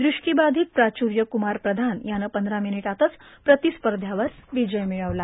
दृष्टिबाधित प्राचुर्य कुमार प्रधान यानं पंधरा मिनिटातच प्रतिस्पर्ध्यावर विजय मिळवला